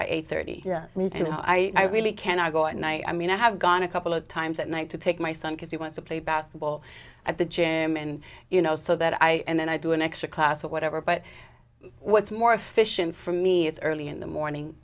by eight thirty and i really can i go at night i mean i have gone a couple of times at night to take my son because he wants to play basketball at the gym and you know so that i and then i do an extra class or whatever but what's more efficient for me is early in the morning